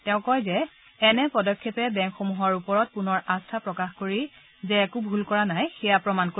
তেওঁ কয় যে এনে পদক্ষেপে বেংকসমূহৰ ওপৰত পুনৰ আস্থা প্ৰকাশ কৰি যে একো ভুল কৰা হোৱা নাই সেয়া প্ৰমাণ কৰিব